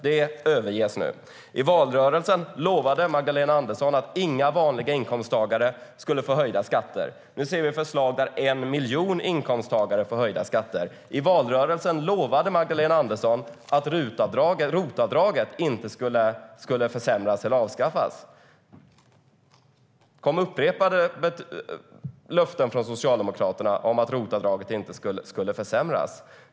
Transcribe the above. Det överges nu.I valrörelsen lovade Magdalena Andersson att ROT-avdraget inte skulle försämras eller avskaffas. Det kom upprepade löften från Socialdemokraterna om att ROT-avdraget inte skulle försämras.